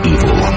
Evil